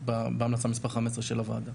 בהמלצה מס' 15 של הוועדה.